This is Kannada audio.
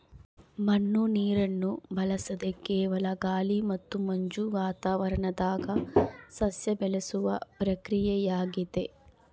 ಮಣ್ಣು ನೀರನ್ನು ಬಳಸದೆ ಕೇವಲ ಗಾಳಿ ಮತ್ತು ಮಂಜು ವಾತಾವರಣದಾಗ ಸಸ್ಯ ಬೆಳೆಸುವ ಪ್ರಕ್ರಿಯೆಯಾಗೆತೆ